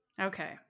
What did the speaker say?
Okay